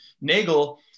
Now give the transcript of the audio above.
nagel